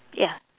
ya